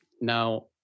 Now